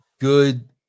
good